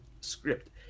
script